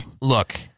look